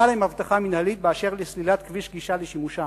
להם הבטחה מינהלית באשר לסלילת כביש גישה לשימושם.